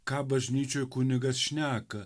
ką bažnyčioj kunigas šneka